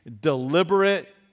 deliberate